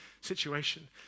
situation